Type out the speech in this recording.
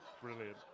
Brilliant